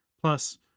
Plus